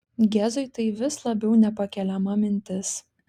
gezui tai vis labiau nepakeliama mintis